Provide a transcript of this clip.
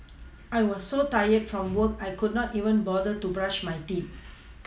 I was so tired from work I could not even bother to brush my teeth